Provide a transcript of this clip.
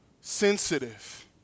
sensitive